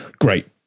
great